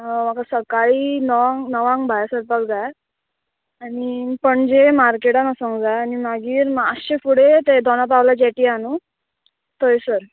म्हाका सकाळी णवांक णवांक भायर सरपाक जाय आनी पणजे मार्केटान वसोंक जाय आनी मागीर मातशें फुडें ते दोना पावल्या जॅटी आहा न्हू थंयसर